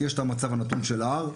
יש את המצב הנתון של ההר,